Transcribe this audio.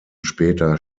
später